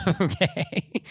Okay